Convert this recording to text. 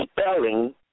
spelling